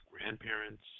grandparents